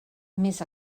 més